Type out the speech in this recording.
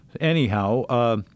Anyhow